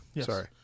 Sorry